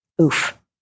Oof